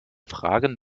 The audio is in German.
fragen